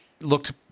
looked